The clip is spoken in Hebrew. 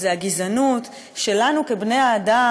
הגזענות שלנו כבני-אדם,